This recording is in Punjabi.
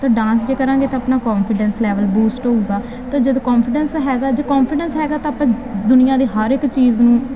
ਤਾਂ ਡਾਂਸ ਜੇ ਕਰਾਂਗੇ ਤਾਂ ਆਪਣਾ ਕੋਂਫੀਡੈਂਸ ਲੈਵਲ ਬੂਸਟ ਹੋਊਗਾ ਤਾਂ ਜਦੋਂ ਕੋਂਫੀਡੈਂਸ ਹੈਗਾ ਜੇ ਕੋਂਫੀਡੈਂਸ ਹੈਗਾ ਤਾਂ ਆਪਾਂ ਦੁਨੀਆਂ ਦੀ ਹਰ ਇੱਕ ਚੀਜ਼ ਨੂੰ